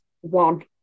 one